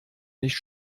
nicht